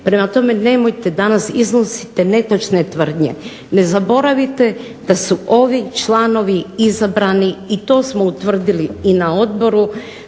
Prema tome, nemojte, danas iznosite netočne tvrdnje. Ne zaboravite da su ovi članovi izabrani i to smo utvrdili i na odboru